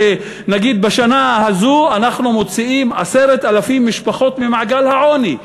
שנגיד: בשנה הזאת אנחנו מוציאים 10,000 משפחות ממעגל העוני.